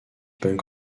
punk